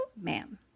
Ma'am